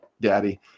daddy